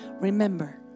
Remember